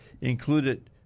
included